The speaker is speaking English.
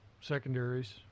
secondaries